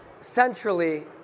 centrally